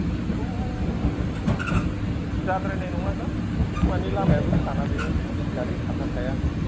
बेखौ जाद्रायनाय नङादां बिसोर मानि लामायाबो फिसाना बेजों पुलिस गारि खारनो हाया